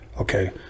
Okay